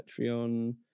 Patreon